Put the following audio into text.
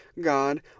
God